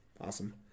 Awesome